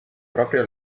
proprio